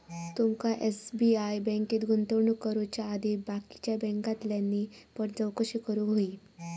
तुमका एस.बी.आय बँकेत गुंतवणूक करुच्या आधी बाकीच्या बॅन्कांतल्यानी पण चौकशी करूक व्हयी